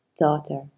Daughter